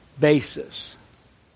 basis